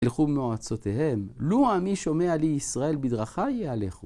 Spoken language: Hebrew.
ילכו במועצותיהם. לו עמי שומע לי ישראל בדרכי יהלכו.